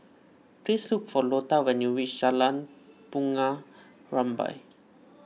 please look for Lota when you reach Jalan Bunga Rampai